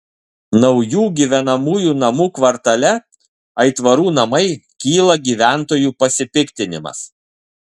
naujų gyvenamųjų namų kvartale aitvarų namai kyla gyventojų pasipiktinimas